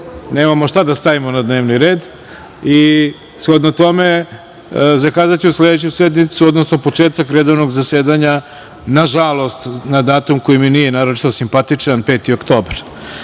nemamo šta da stavimo na dnevni red i, shodno tome, zakazaću sledeću sednicu, odnosno početak redovnog zasedanja, nažalost, na datum koji mi nije naročito simpatičan, 5. oktobar. Pošto